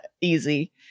easy